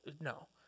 no